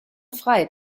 frei